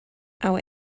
our